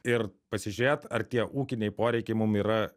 ir pasižėt ar tie ūkiniai poreikiai mum yra